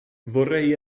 vorrei